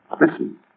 Listen